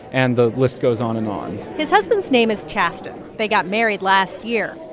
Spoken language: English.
and the list goes on and on his husband's name is casten. they got married last year.